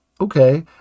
okay